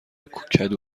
کدو